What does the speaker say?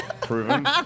proven